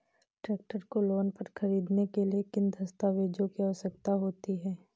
Tractor को loan पर खरीदने के लिए किन दस्तावेज़ों की आवश्यकता होती है?